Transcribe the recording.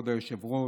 כבוד היושב-ראש,